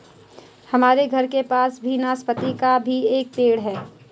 हमारे घर के पास में नाशपती का भी एक पेड़ है